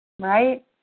Right